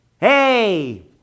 Hey